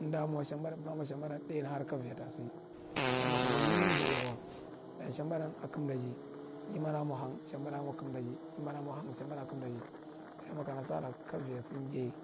Amda mwa shambaɗan- amda mwa shambadan daina har ka aviya ta sa. Dayi makana yimi njiɗai kwa, dayi shambaɗan a kamdaji, yiman a mwa hang yiman a mwa kambadi yiman a mwa hand shambaɗa kamdaji. Dayi makana sara ka aviya sa njai,